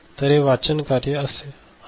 तर हे वाचन कार्य आहे